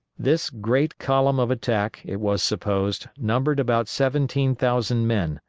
this great column of attack, it was supposed, numbered about seventeen thousand men,